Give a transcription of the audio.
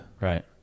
Right